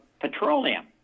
petroleum